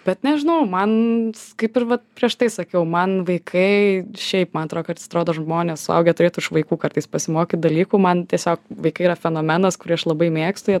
bet nežinau man kaip ir prieš tai sakiau man vaikai šiaip man atrodo kartais atrodo žmonės suaugę turėtų iš vaikų kartais pasimokyt dalykų man tiesiog vaikai yra fenomenas kurį aš labai mėgstu jie